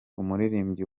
umuririmbyi